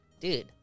dude